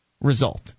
result